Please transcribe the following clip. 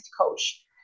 coach